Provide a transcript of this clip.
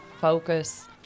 focus